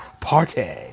Party